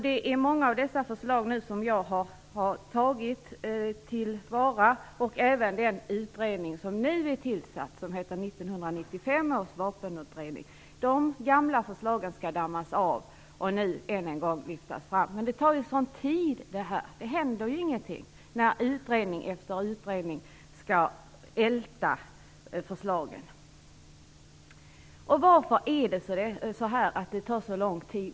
Det är många av dessa förslag som jag nu har tagit till vara, och även i den utredning som nu är tillsatt, som heter 1995 års vapenutredning, skall de gamla förslagen dammas av och än en gång lyftas fram. Men det här tar sådan tid. Det händer ingenting, när utredning efter utredning skall älta förslagen. Varför tar det då så lång tid?